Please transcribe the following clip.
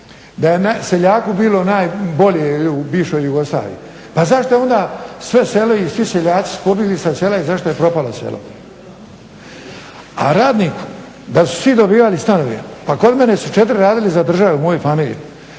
Da je seljaku bilo najbolje u bivšoj Jugoslaviji. Pa zašto je onda sva sela i svi seljaci pobjegli sa sela i zašto je propalo selo? A radniku da su svi dobivali stanove, pa kod mene su četiri radili za državu, u mojoj familiji.